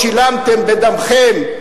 שילמתם בדמכם,